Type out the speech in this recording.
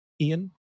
Ian